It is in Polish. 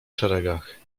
szeregach